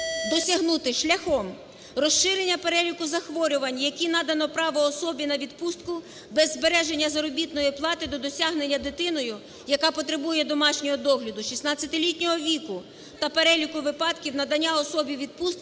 досягнути шляхом розширення переліку захворювань, які надано право особі на відпустку без збереження заробітної плати до досягнення дитиною, яка потребує домашнього догляду, 16-літнього віку та переліку випадків надання особі відпустки